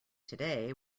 today